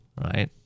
right